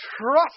trust